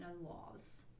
walls